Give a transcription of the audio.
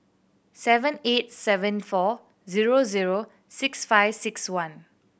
seven eight seven four zero zero six five six one